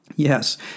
Yes